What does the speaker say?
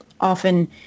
often